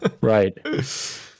Right